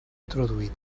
introduït